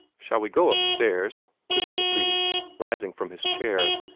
shall we go upstairs? put in the priest, rising from his chair.